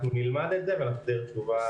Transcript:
אנחנו נלמד את זה ונחזיר תשובה.